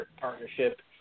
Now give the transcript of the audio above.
partnership